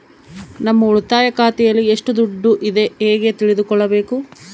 ನಮ್ಮ ಉಳಿತಾಯ ಖಾತೆಯಲ್ಲಿ ಎಷ್ಟು ದುಡ್ಡು ಇದೆ ಹೇಗೆ ತಿಳಿದುಕೊಳ್ಳಬೇಕು?